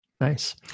Nice